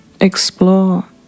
explore